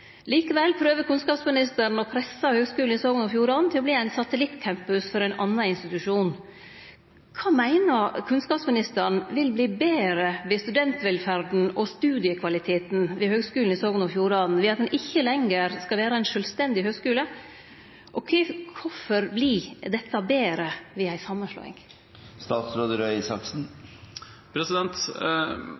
Likevel prøver kunnskapsministeren å presse Høgskulen i Sogn og Fjordane til å bli ein satellittcampus for ein annan institusjon. Kva meiner kunnskapsministeren vil verte betre med studentvelferda og studiekvaliteten ved Høgskulen i Sogn og Fjordane ved at ein ikkje lenger skal vere ein sjølvstendig høgskule, og kvifor vert dette betre ved ei